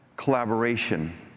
collaboration